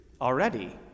already